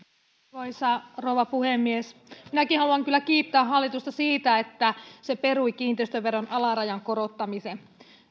arvoisa rouva puhemies minäkin haluan kyllä kiittää hallitusta siitä että se perui kiinteistöveron alarajan korottamisen